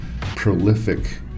prolific